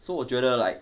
so 我觉得 like